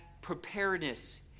preparedness